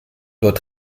dort